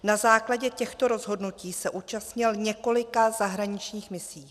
Na základě těchto rozhodnutí se zúčastnil několika zahraničních misí.